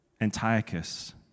Antiochus